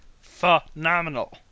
Phenomenal